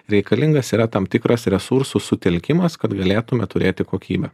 reikalingas yra tam tikras resursų sutelkimas kad galėtume turėti kokybę